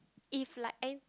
if like an~